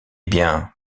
bien